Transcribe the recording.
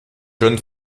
john